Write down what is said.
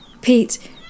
Pete